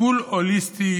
טיפול הוליסטי